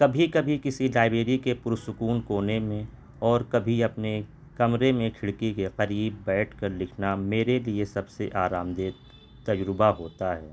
کبھی کبھی کسی لائبریری کے پرسکون کونے میں اور کبھی اپنے کمرے میں کھڑکی کے قریب بیٹھ کر لکھنا میرے لیے سب سے آرام دہ تجربہ ہوتا ہے